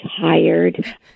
tired